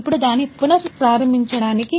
ఇప్పుడు దాన్నిపునఃప్రారంభించండి